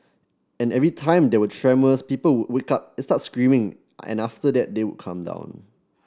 and every time there were tremors people would wake up and start screaming and after that they would calm down